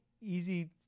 easy